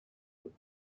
brute